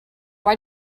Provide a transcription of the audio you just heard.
why